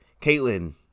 Caitlyn